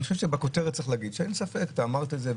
אני חושב שבכותרת צריך להגיד שאין ספק אתה אמרת את זה,